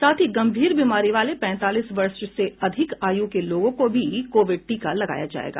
साथ ही गंभीर बीमारी वाले पैंतालीस वर्ष से अधिक आयु के लोगों को भी कोविड टीका लगाया जाएगा